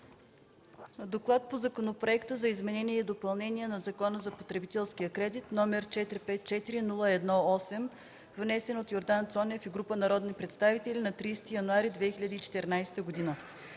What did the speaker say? гласуване Законопроекта за изменение и допълнение на Закона за потребителския кредит, № 454-01-8, внесен от Йордан Цонев и група народни представители на 30 януари 2014 г.”